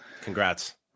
congrats